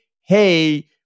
Hey